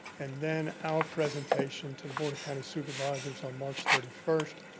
and then our presentation to the board of county supervisors on march thirty first,